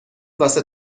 واسه